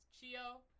Chio